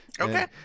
Okay